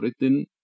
written